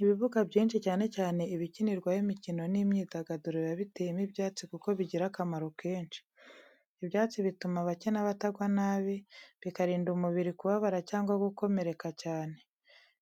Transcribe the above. Ibibuga byinshi, cyane cyane ibikinirwaho imikino n’imyidagaduro, biba biteyemo ibyatsi kuko bigira akamaro kenshi. Ibyatsi bituma abakina batagwa nabi, bikarinda umubiri kubabara cyangwa gukomeretsa cyane.